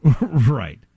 Right